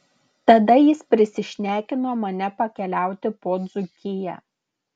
tada jis prisišnekino mane pakeliauti po dzūkiją